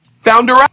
founder